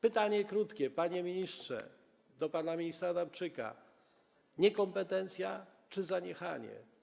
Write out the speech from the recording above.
Pytanie krótkie: Panie ministrze - zwracam się do pana ministra Adamczyka - niekompetencja czy zaniechanie?